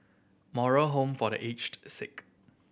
Moral Home for The Aged Sick